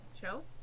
Show